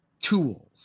tools